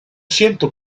siento